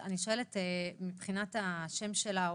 לא, אני שואלת מבחינת השם שלה.